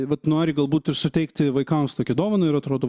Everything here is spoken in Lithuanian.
vat nori galbūt ir suteikti vaikams tokią dovaną ir atrodo